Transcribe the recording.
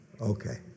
Okay